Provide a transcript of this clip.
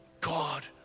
God